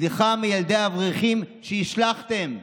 סליחה מילדי האברכים שהשלכתם,